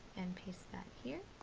and paste that here.